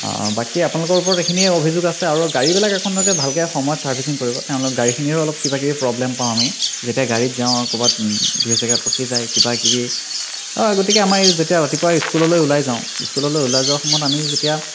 বাকী আপোনালোকৰ ওপৰত এইখিনিয়ে অভিযোগ আছে আৰু গাড়ীবিলাক আপোনালোকে ভালকৈ সময়ত ছাৰ্ভিচিং কৰিব কাৰণ গাড়ীখিনিৰো অলপ কিবাকিবি প্ৰব্লেম পাওঁ আমি যেতিয়া গড়ীত যাওঁ আৰু ক'ৰবাত দুই এজেগাত ৰখি যায় কিবাকিবি গতিকে আমাৰ এই যেতিয়া ৰাতিপুৱা স্কুললৈ ওলাই যাওঁ স্কুললৈ ওলাই যোৱাৰ সময়ত আমি যেতিয়া